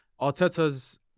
Arteta's